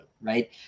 Right